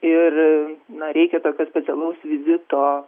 ir na reikia tokio specialaus vizito